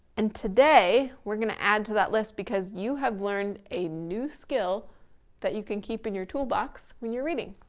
and today, we're gonna add to that list because, you have learned a new skill that you can keep in your toolbox, when you're reading.